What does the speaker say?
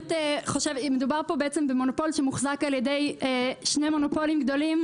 מדובר פה במונופול שמוחזק על ידי שני מונופולים גדולים,